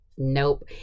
nope